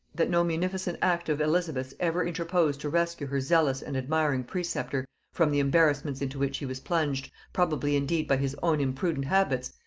that no munificent act of elizabeth's ever interposed to rescue her zealous and admiring preceptor from the embarrassments into which he was plunged, probably indeed by his own imprudent habits,